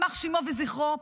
יימח שמו וזכרו,